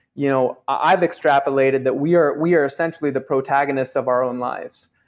you know i've extrapolated that we are we are essentially the protagonists of our own lives.